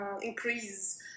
increase